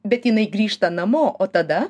bet jinai grįžta namo o tada